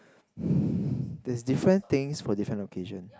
there's different things for different occasion